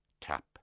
tap